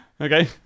okay